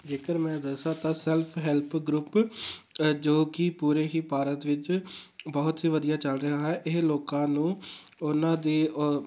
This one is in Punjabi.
ਜੇਕਰ ਮੈਂ ਦੱਸਾਂ ਤਾਂ ਸੈਲਫ ਹੈਲਪ ਗਰੁੱਪ ਜੋ ਕਿ ਪੂਰੇ ਹੀ ਭਾਰਤ ਵਿੱਚ ਬਹੁਤ ਹੀ ਵਧੀਆ ਚੱਲ ਰਿਹਾ ਹੈ ਇਹ ਲੋਕਾਂ ਨੂੰ ਉਹਨਾਂ ਦੀ